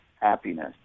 happiness